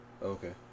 Okay